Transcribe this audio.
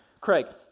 Craig